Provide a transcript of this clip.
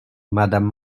madame